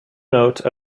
note